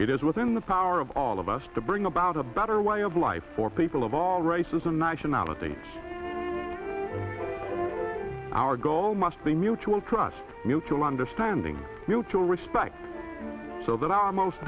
it is within the power of all of us to bring about a better way of life for people of all races and nationalities the our goal must be mutual trust mutual understanding to respect so that our most